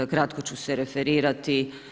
Kratko ću se referirati.